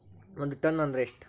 ಒಂದ್ ಟನ್ ಅಂದ್ರ ಎಷ್ಟ?